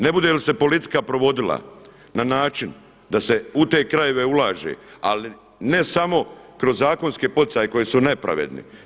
Ne bude li se politika provodila na način da se u te krajeve ulaže, ali ne samo kroz zakonske poticaje koji su nepravedni.